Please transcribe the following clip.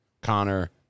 Connor